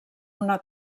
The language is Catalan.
una